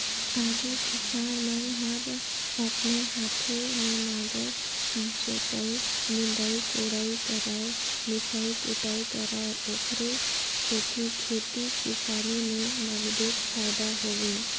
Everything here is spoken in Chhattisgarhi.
आघु किसान मन हर अपने हाते में नांगर जोतय, निंदई कोड़ई करयए मिसई कुटई करय ओखरे सेती खेती किसानी में नगदेच फायदा होय